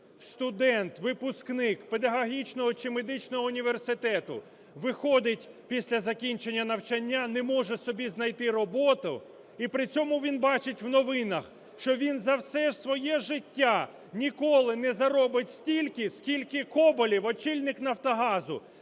студент-випускник педагогічного чи медичного університету виходить після закінчення навчання, не може собі знайти роботу. І при цьому він бачить в новинах, що він за все своє життя ніколи не заробить стільки, скільки Коболєв, очільник "Нафтогазу",